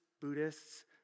Buddhists